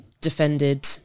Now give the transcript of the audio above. defended